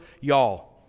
y'all